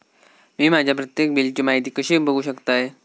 मी माझ्या प्रत्येक बिलची माहिती कशी बघू शकतय?